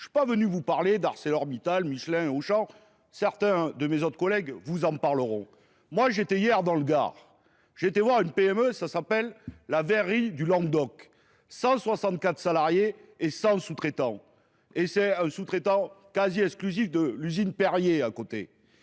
Je ne suis pas venu vous parler d'ArcelorMittal, Michelin, Auchan. Certains de mes autres collègues vous en parleront. Moi, j'étais hier dans le gare. J'ai été voir une PME, ça s'appelle la verrie du Languedoc. 164 salariés et 100 sous-traitants. Et c'est un sous-traitant quasi exclusif de l'usine Perrier à côté.